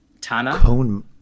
Tana